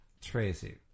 Tracy